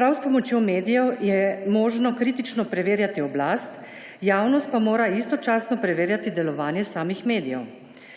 Prav s pomočjo medijev je možno kritično preverjati oblast, javnost pa mora istočasno preverjati delovanje samih medijev.